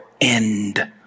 end